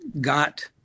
got